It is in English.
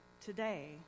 today